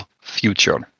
future